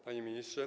Panie Ministrze!